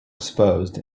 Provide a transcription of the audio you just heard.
exposed